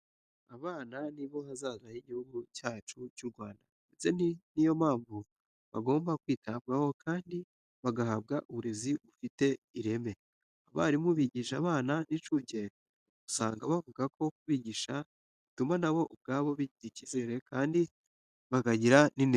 Abana ni bo hazaza h'Igihugu cyacu cy'u Rwanda ndetse ni yo mpamvu bagomba kwitabwaho kandi bagahabwa uburezi bufite ireme. Abarimu bigisha abana n'incuke usanga bavuga ko kubigisha bituma na bo ubwabo bigirira icyizere kandi bakagira n'intego.